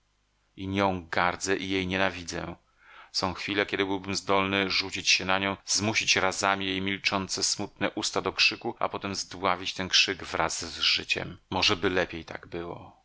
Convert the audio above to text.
i nią gardzę i jej nienawidzę są chwile kiedy byłbym zdolny rzucić się na nią zmusić razami jej milczące smutne usta do krzyku a potem zdławić ten krzyk wraz z życiem możeby lepiej tak było